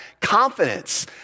confidence